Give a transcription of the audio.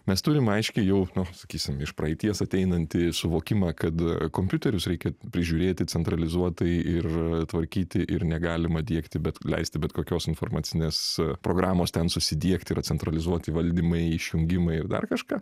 mes turim aiškiai jau nu sakysim iš praeities ateinantį suvokimą kad kompiuterius reikia prižiūrėti centralizuotai ir tvarkyti ir negalima diegti bet leisti bet kokios informacinės programos ten susidiegti yra centralizuoti valdymai išjungimai ir dar kažką